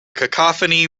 cacophony